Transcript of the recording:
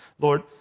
Lord